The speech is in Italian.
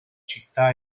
città